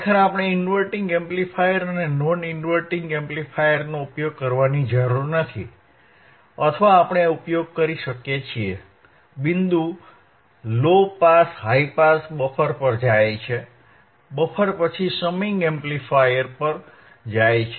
ખરેખર આપણે inverting amplifier અને નોન ઇન્વર્ટીંગ એમ્પ્લીફાયરનો ઉપયોગ કરવાની જરૂર નથી અથવા આપણે ઉપયોગ કરી શકીએ છીએ બિંદુ low pass high pass buffer પર જાય છે બફર પછી સમીંગ એમ્પ્લીફાયર પર જાય છે